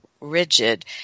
rigid